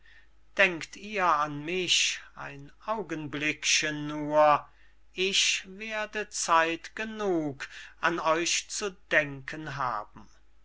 denkt ihr an mich ein augenblickchen nur ich werde zeit genug an euch zu denken haben